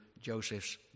Joseph's